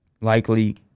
likely